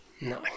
No